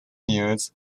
years